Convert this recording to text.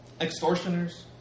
extortioners